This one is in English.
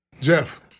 Jeff